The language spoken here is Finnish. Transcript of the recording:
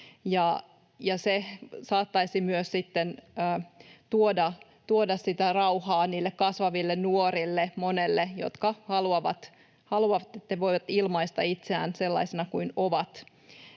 Se saattaisi myös sitten tuoda sitä rauhaa niille kasvaville nuorille, monelle, jotka haluavat, että voivat ilmaista itseään sellaisena kuin ovat.